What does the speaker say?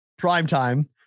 primetime